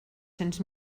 cents